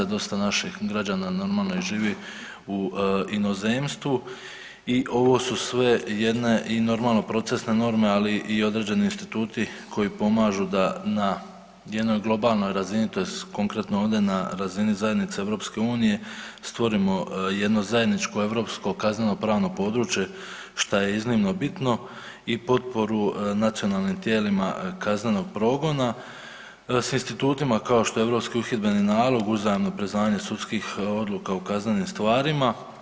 Dosta naših građana normalno i živi u inozemstvu i ovo su sve jedne procesne norme, ali i određeni instituti koji pomažu da na jednoj globalnoj razini tj. konkretno ovdje na razini zajednice EU stvorimo jedno zajedničko europsko kaznenopravno područje šta je iznimno bitno i potporu nacionalnim tijelima kaznenog progona s institutima kao što je Europski uhidbeni nalog, uzajamno priznavanje sudskih odluka u kaznenim stvarima.